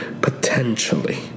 potentially